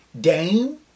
Dame